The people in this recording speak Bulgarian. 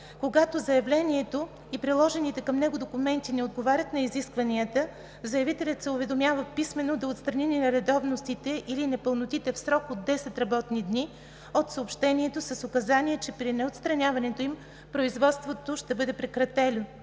Когато заявлението и приложените към него документи не отговарят на изискванията, заявителят се уведомява писмено да отстрани нередовностите или непълнотите в срок 10 работни дни от съобщението с указание, че при неотстраняването им производството ще бъде прекратено.